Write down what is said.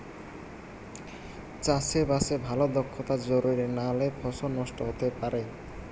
চাষে বাসে ভালো দক্ষতা জরুরি নালে ফসল নষ্ট হতে পারে